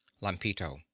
Lampito